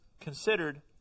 considered